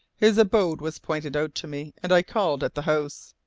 his abode was pointed out to me and i called at the house.